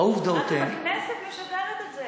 העובדות הן, אז הכנסת משדרת את זה.